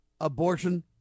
abortion